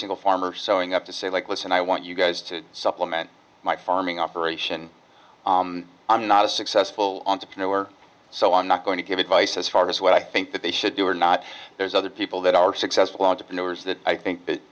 single farmer sewing up to say like listen i want you guys to supplement my farming operation i'm not a successful entrepreneur so i'm not going to give advice as far as what i think that they should do or not there's other people that are successful entrepreneurs that i think that